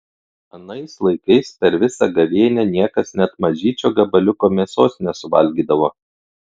anais laikais per visą gavėnią niekas net mažyčio gabaliuko mėsos nesuvalgydavo